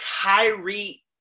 Kyrie